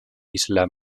isla